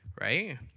right